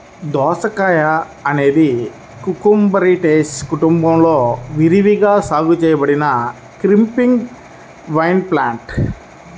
దోసకాయఅనేది కుకుర్బిటేసి కుటుంబంలో విరివిగా సాగు చేయబడిన క్రీపింగ్ వైన్ప్లాంట్